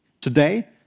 Today